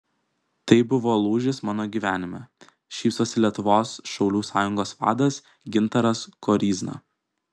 tai buvo lūžis mano gyvenime šypsosi lietuvos šaulių sąjungos vadas gintaras koryzna